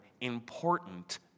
important